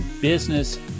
business